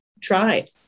tried